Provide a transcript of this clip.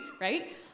right